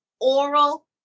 oral